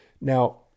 Now